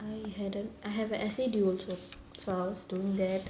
I had a I have a essay due also so I was doing that